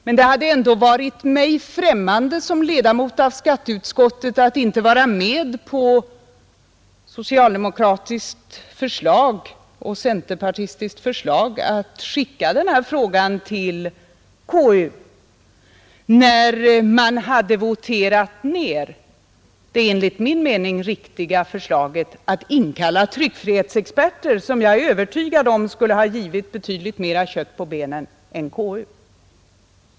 Men som ledamot av skatteutskottet hade det ändå varit mig främmande att inte vara med på ett socialdemokratiskt och centerpartistiskt förslag att skicka denna fråga till KU, när man hade voterat ner det enligt min mening riktiga förslaget att inkalla tryckfrihetsexperter, som jag är övertygad om skulle ha givit betydligt mera kött på benen än KU.